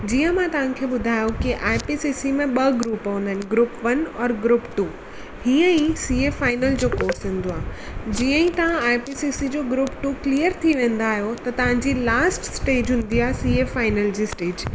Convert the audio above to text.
जीअं मां तव्हांखे ॿुधायो की आईपीसीसी में ॿ ग्रूप हूंदा आहिनि ग्रूप वन और ग्रूप टू हीअं ई सीए फाइनल जो कोर्स हूंदो आहे जीअंई तव्हां आईपीसीसी जो ग्रूप टू क्लिअर थी वेंदा आहियूं त तव्हांजी लास्ट स्टेज हूंदी आहे सीए फाइनल जी स्टेज